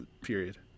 Period